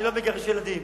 אני לא מגרש ילדים,